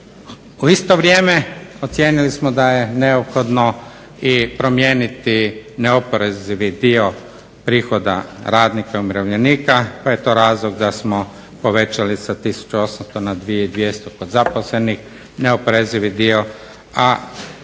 U isto vrijeme ocijenili smo da je neophodno promijeniti neoporezivi dio prihoda radnika i umirovljenika pa je to razlog da smo povećali sa tisuću 800 na 2200 kod zaposlenih, neoporezivi dio, a